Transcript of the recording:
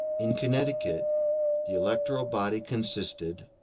in connecticut the electoral body consisted,